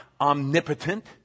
omnipotent